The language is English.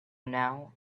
now